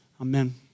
Amen